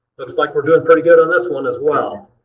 looks like we're doing pretty good on this one as well.